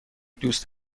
دوست